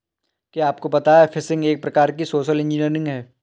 क्या आपको पता है फ़िशिंग एक प्रकार की सोशल इंजीनियरिंग है?